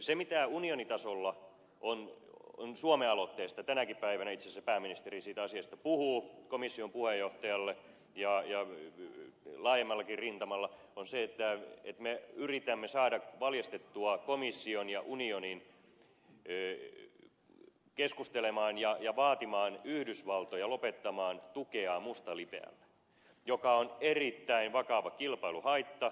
se mitä unionitasolla on suomen aloitteesta tänäkin päivänä itse asiassa pääministeri siitä asiasta puhuu komission puheenjohtajalle ja laajemmallakin rintamalla on se että me yritämme saada valjastettua komission ja unionin keskustelemaan ja vaatimaan yhdysvaltoja lopettamaan tukeaan mustalipeälle joka on erittäin vakava kilpailuhaitta